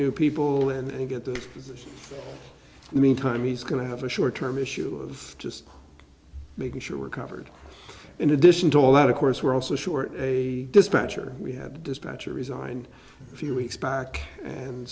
new people and get the meantime he's going to have a short term issue of just making sure covered in addition to all that of course we're also short a dispatcher we had the dispatcher resigned a few weeks back and